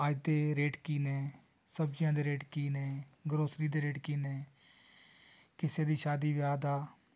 ਅੱਜ ਦੇ ਰੇਟ ਕੀ ਨੇ ਸਬਜ਼ੀਆਂ ਦੇ ਰੇਟ ਕੀ ਨੇ ਗਰੋਸਰੀ ਦੇ ਰੇਟ ਕੀ ਨੇ ਕਿਸੇ ਵੀ ਸ਼ਾਦੀ ਵਿਆਹ ਦਾ